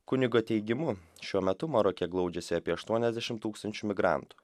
kunigo teigimu šiuo metu maroke glaudžiasi apie aštuoniasdešimt tūkstančių migrantų